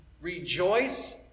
rejoice